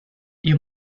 you